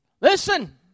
Listen